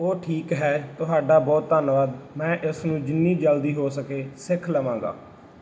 ਓਹ ਠੀਕ ਹੈ ਤੁਹਾਡਾ ਬਹੁਤ ਧੰਨਵਾਦ ਮੈਂ ਇਸਨੂੰ ਜਿੰਨੀ ਜਲਦੀ ਹੋ ਸਕੇ ਸਿੱਖ ਲਵਾਂਗਾ